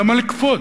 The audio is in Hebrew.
למה לקפוץ?